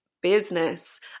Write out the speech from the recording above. business